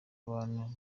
abantu